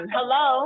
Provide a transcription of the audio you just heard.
Hello